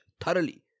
thoroughly